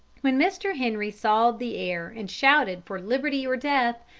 when mr. henry sawed the air and shouted for liberty or death,